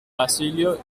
basilio